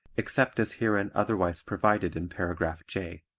except as herein otherwise provided in paragraph j.